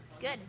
Good